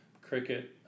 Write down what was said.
cricket